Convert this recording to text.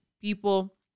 people